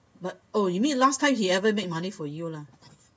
but oh you mean last time he ever made money for you lah